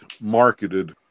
marketed